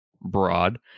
broad